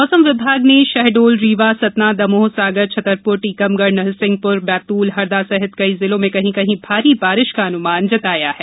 मौसम विभाग ने शहडोल रीवा सतना दमोह सागर छतरपुर टीकमगढ़ नरसिंहपुर बैतूल हरदा सहित कई जिलों में कहीं कहीं भारी बारिश का अनुमान जताया है